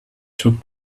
took